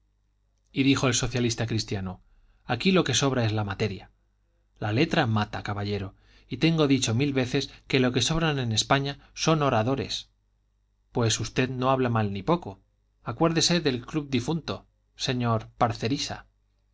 y dijo el socialista cristiano aquí lo que sobra es la materia la letra mata caballero y tengo dicho mil veces que lo que sobran en españa son oradores pues usted no habla mal ni poco acuérdese del club difunto señor parcerisa